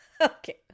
okay